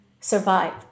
survived